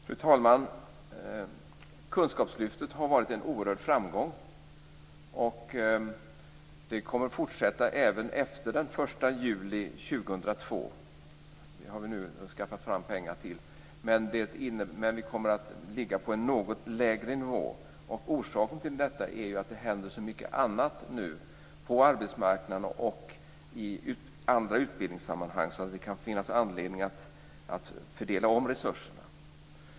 Fru talman! Kunskapslyftet har varit en oerhörd framgång. Det kommer att fortsätta även efter den 1 juli 2002. Det har vi nu skaffat fram pengar till. Men vi kommer att ligga på en något lägre nivå. Orsaken till detta är att det nu händer så mycket annat på arbetsmarknaden och i andra utbildningssammanhang att det kan finnas anledning att fördela om resurserna.